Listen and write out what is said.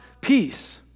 peace